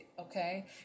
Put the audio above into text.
okay